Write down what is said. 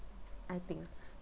I think